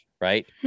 right